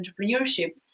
entrepreneurship